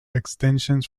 extensions